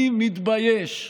אני מתבייש".